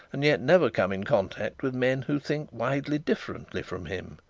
and yet never come in contact with men who think widely differently from him.